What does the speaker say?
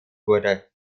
wurde